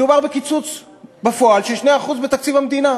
מדובר בקיצוץ בפועל של 2% מתקציב המדינה,